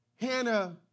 Hannah